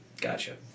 Gotcha